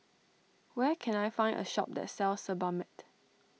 where can I find a shop that sells Sebamed